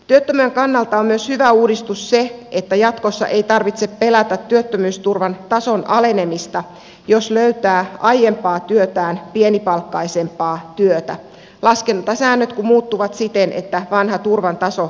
työttömän kannalta on myös hyvä uudistus se että jatkossa ei tarvitse pelätä työttömyysturvan tason alenemista jos löytää aiempaa työtään pienipalkkaisempaa työtä laskentasäännöt kun muuttuvat siten että vanha turvan taso säilyy pidempään